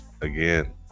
again